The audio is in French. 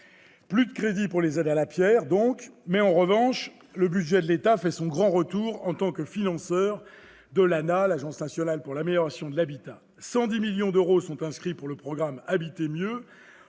Plus de crédits pour les aides à la pierre donc, en revanche, le budget de l'État fait son grand retour en tant que financeur de l'Agence nationale de l'habitat, l'ANAH. Ainsi, 110 millions d'euros sont inscrits pour le programme Habiter mieux